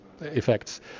effects